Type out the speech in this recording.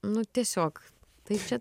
nu tiesiog tai čia